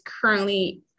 currently